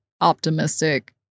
optimistic